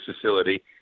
facility